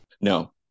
No